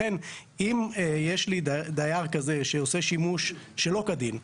לכן, אם יש לי דייר כזה שעושה שימוש שלא כדין,